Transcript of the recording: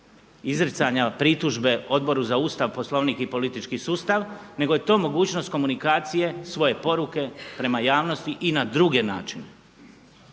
izricanja pritužbe Odboru za Ustav, Poslovnik i politički sustav nego je to mogućnost komunikacije svoje poruke prema javnosti i na druge načine.